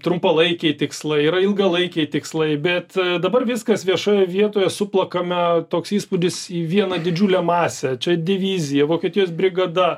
trumpalaikiai tikslai yra ilgalaikiai tikslai bet dabar viskas viešoje vietoje suplakame toks įspūdis į vieną didžiulę masę čia divizija vokietijos brigada